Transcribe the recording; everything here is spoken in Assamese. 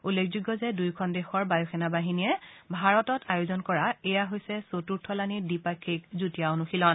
উল্লেখযোগ্য যে দুয়োখন দেশৰ বায়ুসেনা বাহিনীয়ে ভাৰতত আয়োজন কৰা এয়া হৈছে চতুৰ্থলানি দ্বিপাক্ষিক যুটীয়া অনুশীলন